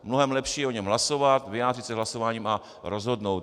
Mnohem lepší je o něm hlasovat, vyjádřit se hlasováním a rozhodnout.